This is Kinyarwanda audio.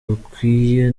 bukwiye